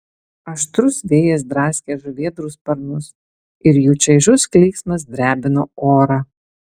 aštrus vėjas draskė žuvėdrų sparnus ir jų čaižus klyksmas drebino orą